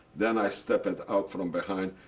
then i stepped and out from behind,